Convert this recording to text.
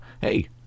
hey